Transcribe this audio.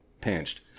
pinched